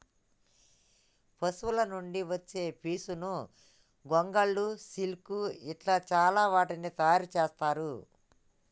పశువుల నుండి వచ్చే పీచును గొంగళ్ళు సిల్క్ ఇట్లా చాల వాటిని తయారు చెత్తారు